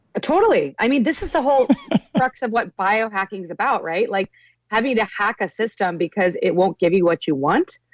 totally. i mean, this is the whole crux of what biohacking is about, right? like having to hack a system because it won't give you what you want.